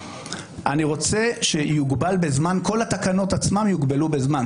אני רוצה שכל התקנות עצמן יוגבלו בזמן,